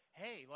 hey